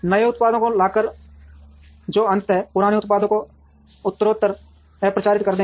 नए उत्पादों में लाकर जो अंततः पुराने उत्पादों को उत्तरोत्तर अप्रचलित कर देंगे